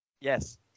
Yes